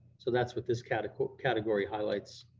so that's what this category category highlights.